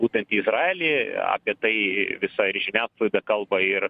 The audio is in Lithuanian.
būtent į izraelį apie tai visa ir žiniasklaida kalba ir